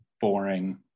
boring